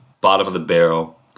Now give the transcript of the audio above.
bottom-of-the-barrel